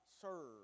serve